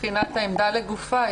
בחינת העמדה לגופה,